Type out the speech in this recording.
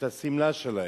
את השמלה שלהם.